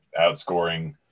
outscoring